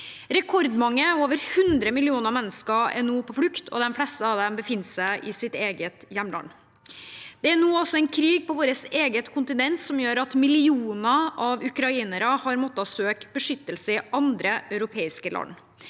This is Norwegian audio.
Rekordmange mennesker, over hundre millioner, er nå på flukt, og de fleste av dem befinner seg i sitt eget hjemland. Det er nå også en krig på vårt eget kontinent som gjør at millioner av ukrainere har måttet søke beskyttelse i andre europeiske land.